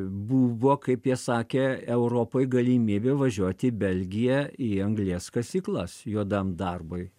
buvo kaip jie sakė europai galimybė važiuoti į belgiją į anglies kasyklas juodam darbui